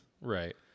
right